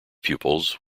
pupils